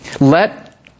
Let